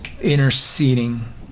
interceding